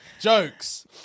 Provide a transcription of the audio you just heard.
Jokes